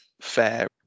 fair